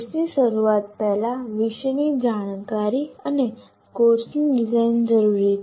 કોર્સની શરૂઆત પહેલા વિષયની જાણકારી અને કોર્સ ની ડિઝાઇન જરૂરી છે